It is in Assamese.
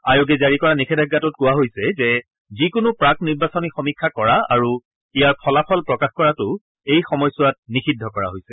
আয়োগে জাৰি কৰা নিষেধাজ্ঞাত কোৱা হৈছে যে যিকোনো প্ৰাক্ নিৰ্বাচনী সমীক্ষা কৰা আৰু ইয়াৰ ফলাফল প্ৰকাশ কৰাটো এই সময়ছোৱাত নিযিদ্ধ কৰা হৈছে